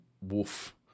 wolf